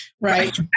Right